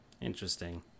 Interesting